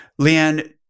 leanne